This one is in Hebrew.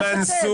אם כך, מתי תענה?